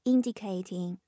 Indicating